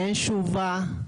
אין תשובה,